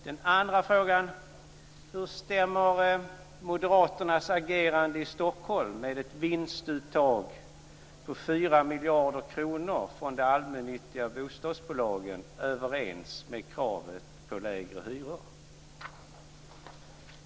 Min andra fråga är: Hur stämmer moderaternas agerande i Stockholm, med ett vinstuttag på 4 miljarder kronor från de allmännyttiga bostadsbolagen, överens med kravet på lägre hyror?